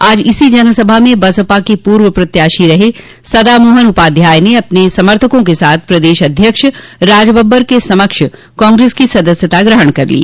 आज इसी जनसभा में बसपा के पूर्व प्रत्याशी रहे सदामोहन उपाध्याय ने अपने समर्थकों के साथ प्रदेश अध्यक्ष राज बब्बर के समक्ष कांग्रेस की सदस्यता गहण कर ली